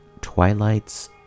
Twilight's